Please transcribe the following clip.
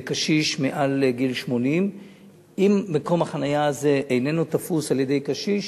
לקשיש מעל גיל 80. אם מקום החנייה הזה איננו תפוס על-ידי קשיש,